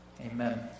Amen